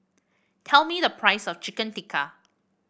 tell me the price of Chicken Tikka